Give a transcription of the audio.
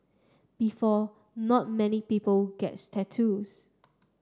before not many people gets tattoos